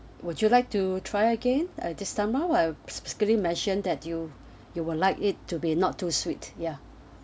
would you like to try again at this time while mentioned that you you would like it to be not too sweet ya